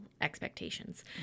expectations